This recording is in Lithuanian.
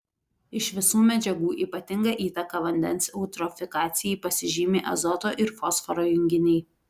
iš visų medžiagų ypatinga įtaka vandens eutrofikacijai pasižymi azoto ir fosforo junginiai